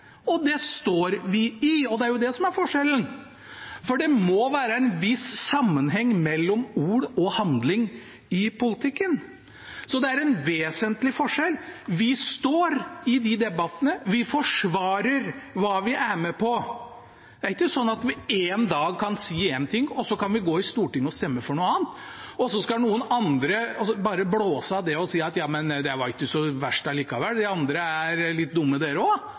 Og det står vi i, det er det som er forskjellen. For det må være en viss sammenheng mellom ord og handling i politikken. Det er en vesentlig forskjell, og det er at vi står i de debattene, vi forsvarer hva vi er med på. Det er ikke sånn at vi én dag kan si én ting og så gå i Stortinget og stemme for noe annet, og så skal noen andre bare blåse av det og si at det var ikke så verst allikevel, de andre er også litt dumme. Nei, sånn er det ikke. Og